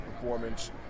performance